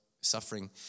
suffering